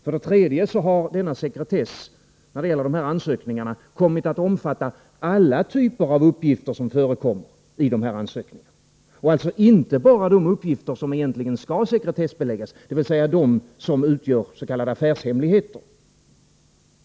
För det tredje har denna sekretess när det gäller dessa ansökningar kommit att omfatta alla typer av uppgifter som förekommer i dessa ansökningar och alltså inte bara de uppgifter som egentligen skall sekretessbeläggas, dvs. de som utgör s.k. affärshemligheter.